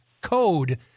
code